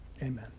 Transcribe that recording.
amen